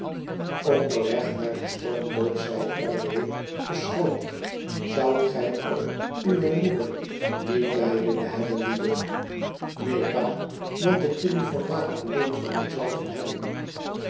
onderweg naar de stoomboot zeir w beschroomd tzoudtgijer uwe moeder niet bij willen hebben lieve neen pa want ik wil u vandaag alleen voor mij zelven hebben